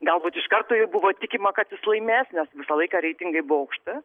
galbūt iš karto buvo tikima kad jis laimės nes visą laiką reitingai bokšte